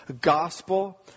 gospel